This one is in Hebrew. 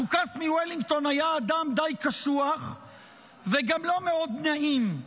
הדוכס מוולינגטון היה אדם די קשוח וגם לא מאוד נעים,